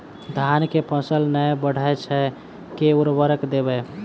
धान कऽ फसल नै बढ़य छै केँ उर्वरक देबै?